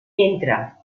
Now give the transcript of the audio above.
entra